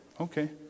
Okay